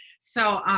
so.